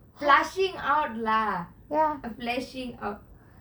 flushing out lah flashing out